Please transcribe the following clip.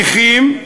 נכים,